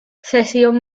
cesión